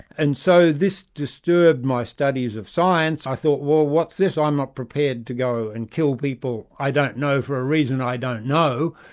and so this disturbed my studies of science. i thought, well what's this? i'm not prepared to go and kill people i don't know for a reason i don't know,